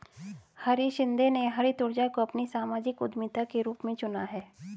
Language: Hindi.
हरीश शिंदे ने हरित ऊर्जा को अपनी सामाजिक उद्यमिता के रूप में चुना है